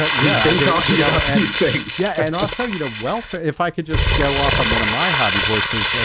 yeah yeah been talking about these things yeah, and also, you know welfare if i could just go off on one of my hobby horses,